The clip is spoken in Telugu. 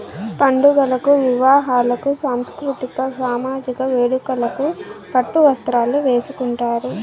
పండుగలకు వివాహాలకు సాంస్కృతిక సామజిక వేడుకలకు పట్టు వస్త్రాలు వేసుకుంటారు